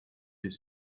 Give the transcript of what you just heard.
est